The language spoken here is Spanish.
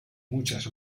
muchas